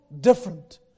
different